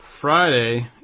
Friday